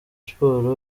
sports